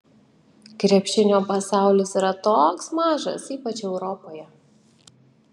krepšinio pasaulis yra toks mažas ypač europoje